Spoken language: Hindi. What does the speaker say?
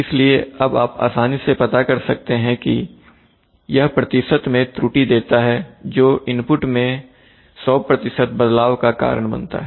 इसलिए अब आप आसानी से पता कर सकते हैं कि यह प्रतिशत में त्रुटि देता है जो इनपुट में 100 बदलाव का कारण बनता है